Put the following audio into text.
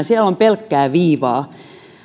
siellä on pelkkää viivaa